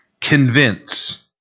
convince